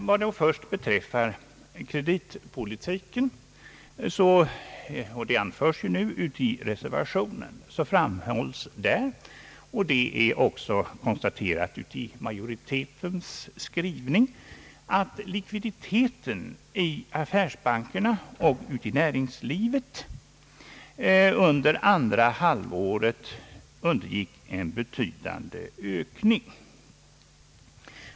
Vad då först beträffar kreditpolitiken framhålles i vår reservation — och det är också konstaterat i majoritetens skrivning — att likviditeten i affärsbankerna och i näringslivet under andra halvåret undergick en betydande ökning.